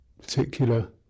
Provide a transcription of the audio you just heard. particular